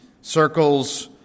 circles